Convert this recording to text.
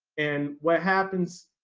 and what happens,